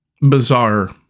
Bizarre